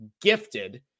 gifted